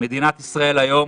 מדינת ישראל היום